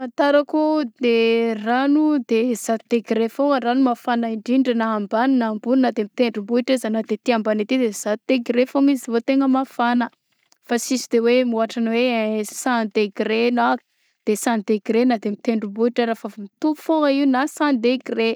Fahafantarako de rano de zato degré foagnany rano mafana indrindra na ambany na ambony na de amy tendrombohitra aza na de ety ambany ety de zato degré foagnany izy vao tegna mafana fa sisy de hoe mihoatra ny hoe cent degré na deux cent degré na de amy tendrombohitra ara fa mitovy foagnany io na cent degré.